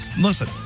Listen